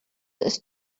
ist